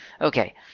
Okay